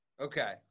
Okay